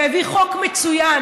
והביא חוק מצוין,